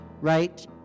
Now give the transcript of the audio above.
right